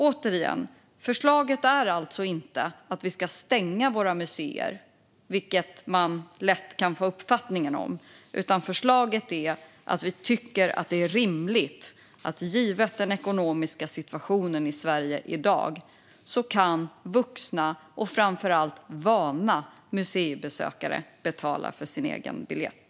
Återigen: Förslaget är alltså inte att vi ska stänga våra museer, vilket man lätt kan få uppfattningen om, utan förslaget är att vi tycker att det givet den ekonomiska situationen i Sverige i dag är rimligt att vuxna och framför allt vana museibesökare betalar för sin egen biljett.